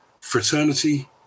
fraternity